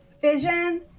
vision